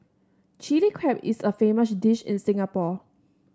Chilli Crab is a famous dish in Singapore